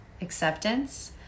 acceptance